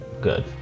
good